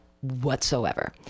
whatsoever